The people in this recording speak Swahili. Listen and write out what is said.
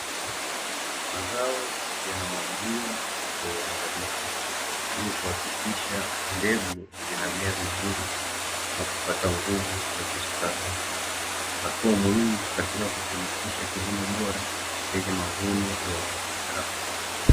Mazao yanamwagiliwa kwa uangalifu ili kuhakikisha mbegu zinamea vizuri na kupata nguvu ya kustawi, hatua muhimu katika kufanikisha kilimo bora chenye mavuno ya uhakika.